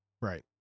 right